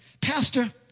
Pastor